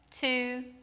Two